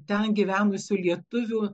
ten gyvenusių lietuvių